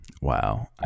Wow